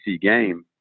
game